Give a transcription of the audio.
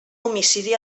homicidi